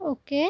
okay